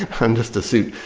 i'm just a suit.